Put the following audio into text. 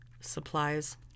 Supplies